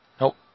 Nope